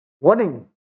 warning